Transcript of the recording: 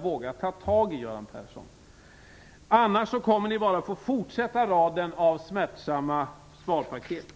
våga ta tag i, Göran Persson. Annars kommer ni bara att få fortsätta med raden av smärtsamma sparpaket.